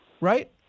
right